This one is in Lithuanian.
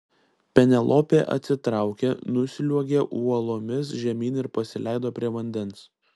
penelopė atsitraukė nusliuogė uolomis žemyn ir pasileido prie vandens